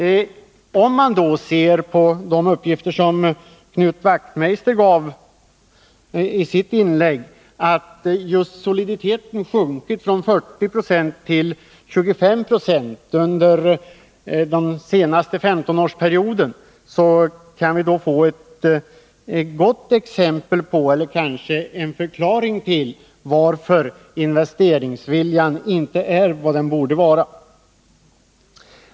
Knut Wachtmeister lämnade i sitt inlägg uppgiften att soliditeten under den senaste femtonårsperioden har sjunkit från 40 till 25 26. Det kan kanske vara en förklaring till att investeringsviljan inte är vad den borde vara.